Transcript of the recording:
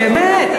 באמת.